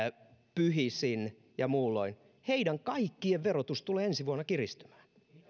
pyhisin ja muulloin heidän kaikkien verotus tulee ensi vuonna kiristymään